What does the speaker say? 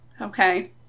Okay